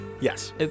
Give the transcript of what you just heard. Yes